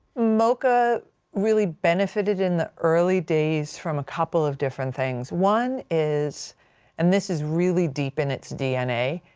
moca really benefited in the early days from a couple of different things. one is and this is really deep in its dna.